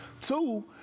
Two